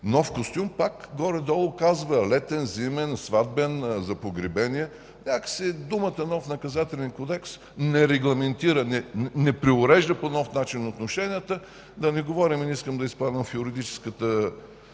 си купи пак горе-долу казва: летен, зимен, сватбен, за погребение. Някак си думата „нов” Наказателен кодекс не регламентира, не преурежда по нов начин отношенията. Да не говорим и не искам да изпадам в юридическата